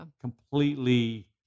completely